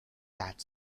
that